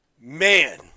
man